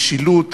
משילות,